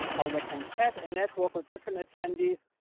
how they can chat and network with different attendees.